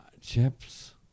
Chips